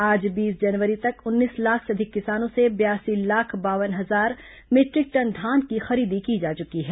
आज बीस जनवरी तक उन्नीस लाख से अधिक किसानों से बयासी लाख बावन हजार मीटरिक टन धान की खरीदी की जा चुकी है